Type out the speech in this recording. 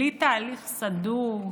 בלי תהליך סדור,